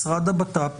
משרד הבט"פ,